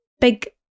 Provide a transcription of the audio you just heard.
big